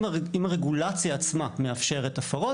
אם הרגולציה עצמה מאפשרת הפרות,